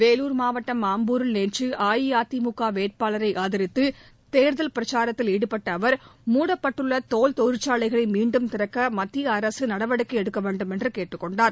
வேலூர் மாவட்டம் ஆம்பூரில் நேற்று அஇஅதிமுக வேட்பாளரை ஆதரித்து தேர்தல் பிரச்சாரத்தில் ஈடுபட்ட அவர் முடப்பட்டுள்ள தோல் தொழிற்சாலைகளை மீண்டும் திறக்க மத்திய அரசு நடவடிக்கை எடுக்க வேண்டுமென்று கேட்டுக்கொண்டார்